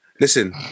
Listen